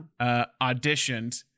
auditioned